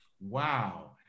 Wow